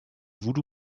voodoo